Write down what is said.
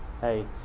hey